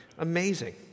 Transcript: Amazing